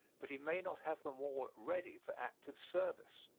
but he may not have them all ready for active service.